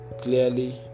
clearly